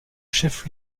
chef